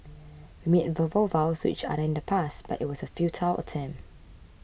we made verbal vows to each other in the past but it was a futile attempt